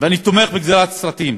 ואני תומך בגזירת סרטים.